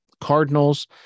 Cardinals